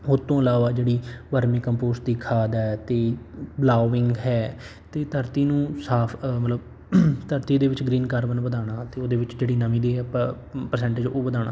ਉਹ ਤੋਂ ਇਲਾਵਾ ਜਿਹੜੀ ਵਰਮੀਕੰਪੋਸਟ ਦੀ ਖਾਦ ਹੈ ਅਤੇ ਬਲਾਓਵਿੰਗ ਹੈ ਅਤੇ ਧਰਤੀ ਨੂੰ ਸਾਫ਼ ਮਤਲਬ ਧਰਤੀ ਦੇ ਵਿੱਚ ਗ੍ਰੀਨ ਕਾਰਬਨ ਵਧਾਉਣਾ ਅਤੇ ਉਹਦੇ ਵਿੱਚ ਜਿਹੜੀ ਨਮੀ ਦੀ ਐਪ ਪਰਸੈਂਟੇਜ 'ਚ ਉਹ ਵਧਾਉਣਾ